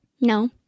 No